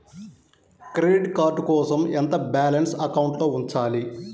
Credit card కోసం ఎంత balance అకౌంట్లో ఉంచాలి?